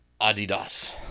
Adidas